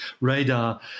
Radar